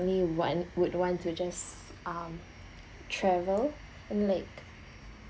definitely want would want to just travel and like